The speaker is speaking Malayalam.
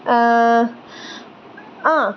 ആ